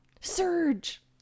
Surge